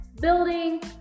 building